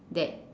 that